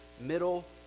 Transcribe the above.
middle